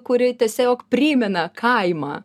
kuri tiesiog primena kaimą